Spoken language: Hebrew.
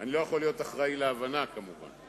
שאני לא יכול להיות אחראי להבנה, כמובן.